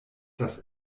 das